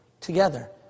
Together